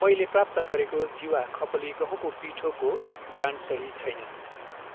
मैले प्राप्त गरेको जिवा खपली गहुँको पिठोको ब्रान्ड सही छैन